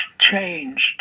changed